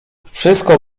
wszystko